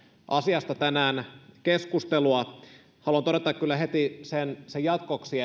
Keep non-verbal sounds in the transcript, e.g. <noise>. asiasta tänään keskustelua haluan todeta kyllä heti sen jatkoksi <unintelligible>